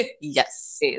Yes